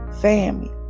family